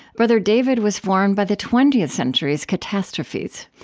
brother david was formed by the twentieth century's catastrophes.